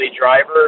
driver